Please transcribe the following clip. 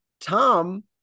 Tom